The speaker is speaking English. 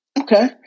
Okay